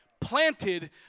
Planted